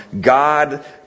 God